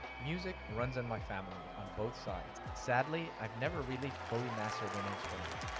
music runs in my family, on both sides. sadly, i've never really fully mastered an instrument.